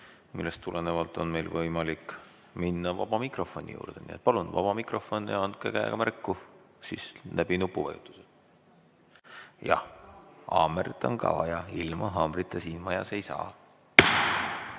millest tulenevalt on meil võimalik minna vaba mikrofoni juurde. Nii et palun, vaba mikrofon ja andke käega märku läbi nupuvajutuse. Jah, haamrit on ka vaja, ilma haamrita siin majas ei saa.